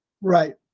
Right